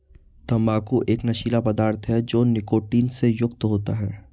तंबाकू एक नशीला पदार्थ है जो निकोटीन से युक्त होता है